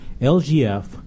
LGF